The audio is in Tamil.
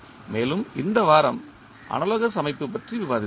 மேலும் இந்த வாரம் அனாலோகஸ் அமைப்பு பற்றி விவாதித்தோம்